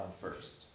first